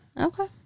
Okay